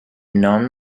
known